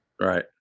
Right